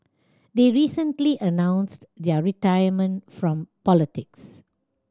they recently announced their retirement from politics